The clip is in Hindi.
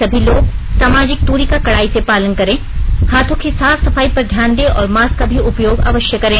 सभी लोग सामाजिक दूरी का कड़ाई से पालन करें हाथों की साफ सफाई पर ध्यान दें और मास्क का भी उपयोग अवश्य करें